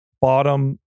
bottom